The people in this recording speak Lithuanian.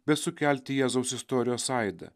be sukelti jėzaus istorijos aidą